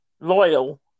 loyal